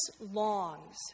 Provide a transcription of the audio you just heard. longs